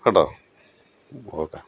കേട്ടോ ഓക്കെ